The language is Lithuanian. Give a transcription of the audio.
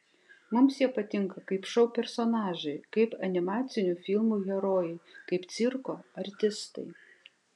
mums jie patinka kaip šou personažai kaip animacinių filmų herojai kaip cirko artistai